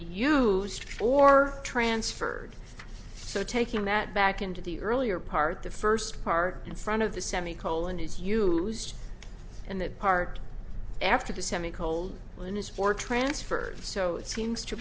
know or transferred so taking that back into the earlier part the first part in front of the semi colon is you lose and that part after the semi cold line is for transferred so it seems to